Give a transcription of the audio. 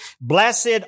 Blessed